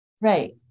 Right